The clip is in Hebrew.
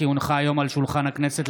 כי הונחה היום על שולחן הכנסת,